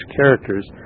characters